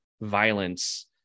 violence